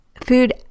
food